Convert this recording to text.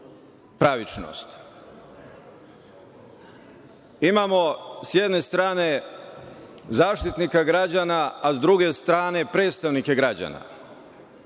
pravičnost. Imamo sa jedne strane Zaštitnika građana, a sa druge strane predstavnike građana.